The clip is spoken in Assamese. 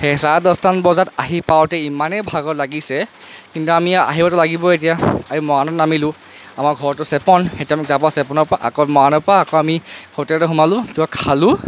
চাৰে দছটামান বজাত আহি পাওঁতে ইমানেই ভাগৰ লাগিছে কিন্তু আমি আহিবতো লাগিবই এতিয়া আমি মৰাণত নামিলোঁ আমাৰ ঘৰটো চেপন এতিয়া আমি তাৰ পৰা চেপনৰ পৰা আকৌ মৰাণৰ পৰা আমি হোটেলত সোমালোঁ কিবা খালোঁ